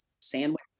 sandwich